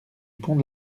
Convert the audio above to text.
pont